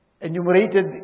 enumerated